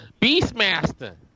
Beastmaster